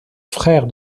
frère